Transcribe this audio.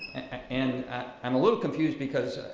and i'm a little confused because,